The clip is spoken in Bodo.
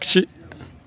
आगसि